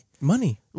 Money